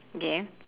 okay